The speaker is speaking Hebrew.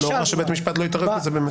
לא רע שבית משפט לא יתערב בזה באמת.